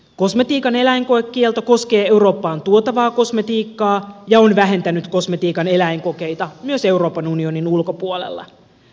kosmetiikan eläinkoekielto koskee eurooppaan tuotavaa kosmetiikkaa ja on vähentänyt kosmetiikan eläinkokeita myös euroopan unionin ulkopuolella